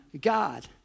God